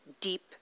deep